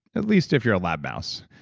at least if you're a lab mouse.